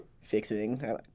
fixing